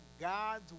God's